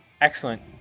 Excellent